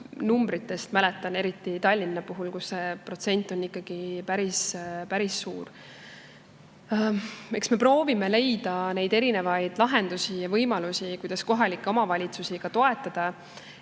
Numbritest mäletan eriti Tallinna puhul, et see protsent on ikkagi päris suur. Eks me proovime leida erinevaid lahendusi ja võimalusi, kuidas kohalikke omavalitsusi toetada.